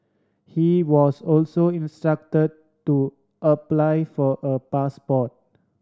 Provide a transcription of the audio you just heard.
he was also instruct to apply for a passport